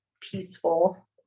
peaceful